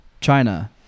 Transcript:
China